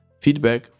feedback